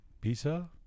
Pizza